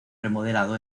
remodelado